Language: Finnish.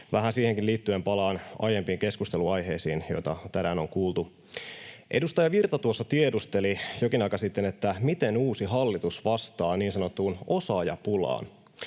Vähän siihenkin liittyen palaan aiempiin keskustelunaiheisiin, joita tänään on kuultu. Edustaja Virta tuossa tiedusteli jokin aika sitten, miten uusi hallitus vastaa niin sanottuun osaajapulaan,